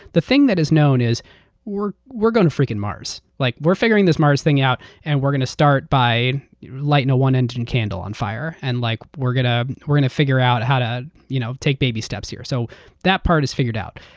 the thing that is known is we're we're going to freaking mars. like we're figuring this mars thing out and we're going to start by lighting a one-engine candle on fire. and like we're going ah we're going to figure out how to you know take baby steps here. so that part is figured out.